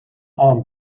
arm